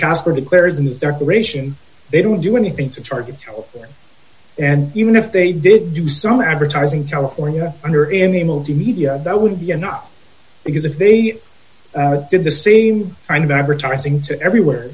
gosper declares in their gratian they don't do anything to target and even if they did do some advertising california under in the media that wouldn't be enough because if they did the same kind of advertising to everywhere